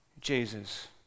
Jesus